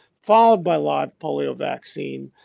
followed by live polio vaccine,